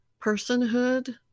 personhood